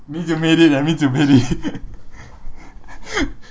means you made it eh means you made it